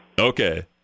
Okay